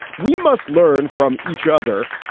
we must learn from each other.